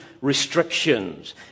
restrictions